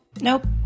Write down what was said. Nope